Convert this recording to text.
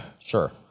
sure